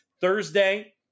Thursday